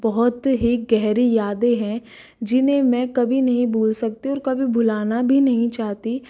बहुत ही गहरी यादें हैं जिन्हें मैं कभी नहीं भूल सकती और कभी भुलाना भी नहीं चाहती